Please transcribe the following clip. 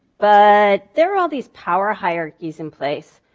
but there are all these power hierarchies in place